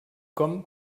com